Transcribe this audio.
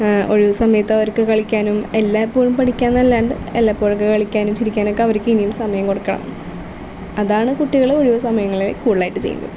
ഒഴിവു സമയത്ത് അവർക്ക് കളിക്കാനും എല്ലായ്പ്പോഴും പഠിക്കുന്നതല്ലാണ്ട് വല്ലപ്പോഴൊക്കെ കളിക്കാനും ചിരിക്കാനും ഒക്കെ അവർക്ക് ഇനിയും സമയം കൊടുക്കണം അതാണ് കുട്ടികൾ ഒഴിവു സമയങ്ങളിൽ കൂടുതലായിട്ട് ചെയ്യേണ്ടത്